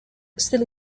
still